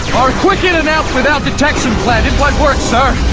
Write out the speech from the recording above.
our quick in and out without detection plan didn't quite work, sir.